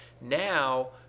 Now